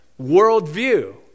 worldview